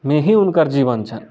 मे ही ऊनकर जीवन छनि